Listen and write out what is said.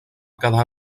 quedar